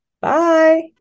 Bye